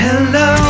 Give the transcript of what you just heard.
Hello